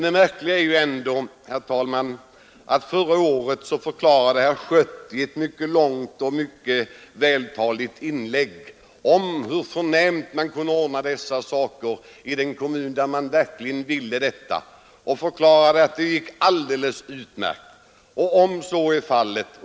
Det märkliga är att herr Schött förra året i ett mycket långt och vältaligt inlägg förklarade hur förnämt man kunde ordna dessa frågor i en kommun där man ville göra det — det gick alldeles utmärkt enligt herr Schött.